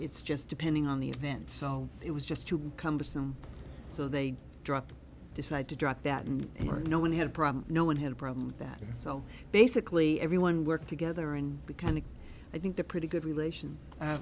it's just depending on the event so it was just too cumbersome so they dropped decided to drop that and no one had a problem no one had a problem with that so basically everyone worked together and we kind of i think the pretty good relation